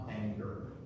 anger